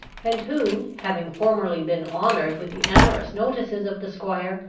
and who, having formerly been honoured with the amorous notices of the squire,